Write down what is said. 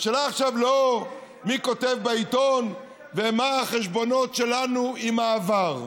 השאלה עכשיו לא מי כותב בעיתון ומה החשבונות שלנו עם העבר,